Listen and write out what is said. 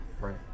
right